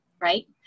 right